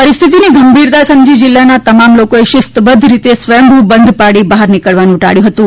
પરિસ્થિતિની ગંભીરતા સમજી જિલ્લાના તમામ લોકોએ શિસ્તબધ્ધ રીતે સ્વયંભુ બંધ પાળી બહાર નિકળવાનું ટાળ્યું હતું